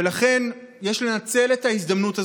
ולכן יש לנצל את ההזדמנות הזאת.